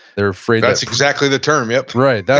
they're afraid, that's exactly the term, yep right. yeah